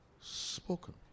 spoken